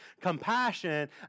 Compassion